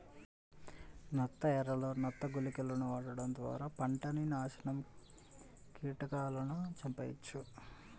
నత్త ఎరలు, నత్త గుళికలను వాడటం ద్వారా పంటని నాశనం కీటకాలను చంపెయ్యొచ్చు